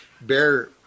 bear